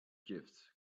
gifts